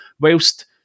whilst